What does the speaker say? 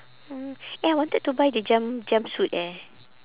mm eh I wanted to buy the jump~ jumpsuit eh